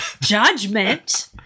Judgment